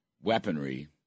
weaponry